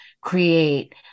create